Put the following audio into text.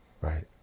Right